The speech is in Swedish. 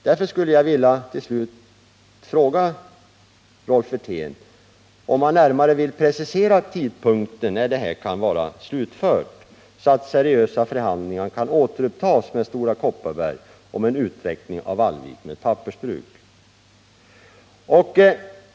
Därför skulle jag vilja fråga Rolf Wirtén om han närmare vill precisera tidpunkten för när arbetet med att skaffa denna överblick kan vara slutfört, så att seriösa förhandlingar kan återupptas med Stora Kopparberg om utveckling av ett pappersbruk i Vallvik.